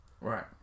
right